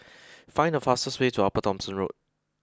find the fastest way to Upper Thomson Road